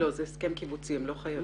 זה הסכם קיבוצי, הם לא חייבים.